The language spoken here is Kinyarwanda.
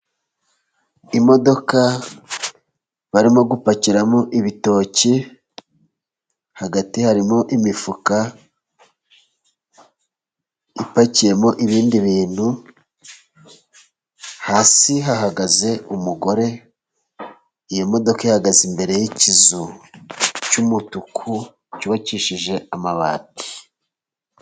Imodoka barimo gupakiramo ibitoki， hagati harimo imifuka ipakiyemo ibindi bintu， hasi hahagaze umugore， iyo modoka ihagaze imbere y'ikizu cy'umutuku cyubakishije amabati.